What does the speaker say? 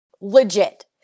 legit